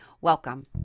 welcome